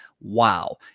wow